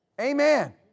Amen